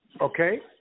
okay